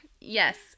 Yes